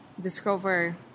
discover